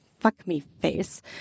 fuck-me-face